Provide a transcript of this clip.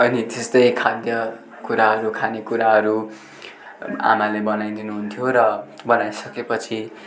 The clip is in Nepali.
अनि त्यस्तै खाद्य कुराहरू खाने कुराहरू आमाले बनाइदिनु हुन्थ्यो र बनाइसकेपछि